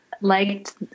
liked